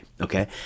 okay